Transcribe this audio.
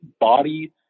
body